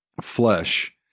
flesh